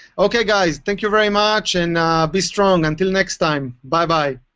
ok, guys, thank you very much. and be strong. until next time, bye-bye.